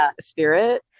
spirit